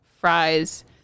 fries